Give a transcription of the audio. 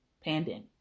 pandemic